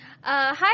Hi